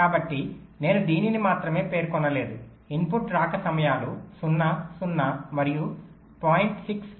కాబట్టి నేను దీనిని మాత్రమే పేర్కొనలేదు ఇన్పుట్ రాక సమయాలు 0 0 మరియు 0